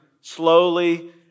slowly